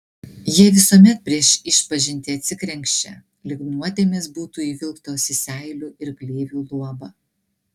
jie visuomet prieš išpažintį atsikrenkščia lyg nuodėmės būtų įvilktos į seilių ir gleivių luobą